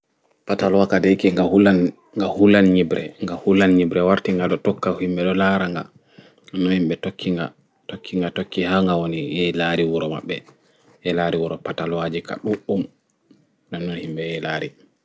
Patalwa ɗa yake nga hulan nyiɓre nga hulan nyiɓre warti ngaɗo tokka himɓe ɗo laara nga nonno himɓe tokki nga tokki ha nga woni yehi laari wuro maɓɓe yahi laaru wuro patalwaji ka ɗuɗɗum.